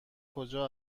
کجا